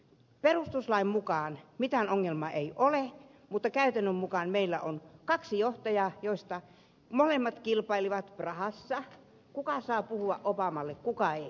perustuslain mukaan mitään ongelmaa ei ole mutta käytännön mukaan meillä on kaksi johtajaa jotka molemmat kilpailivat prahassa kuka saa puhua obamalle kuka ei